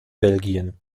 belgien